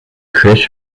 chris